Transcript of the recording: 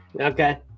Okay